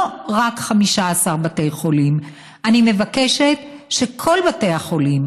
לא רק 15 בתי חולים, אני מבקשת שבכל בתי החולים,